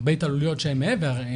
הרבה התעללויות שהן מעבר.